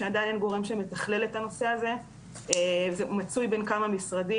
שעדין אין גורם שמתכלל את הנושא הזה וזה מצוי בין כמה משרדים.